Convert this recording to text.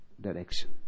direction